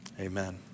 amen